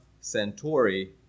Centauri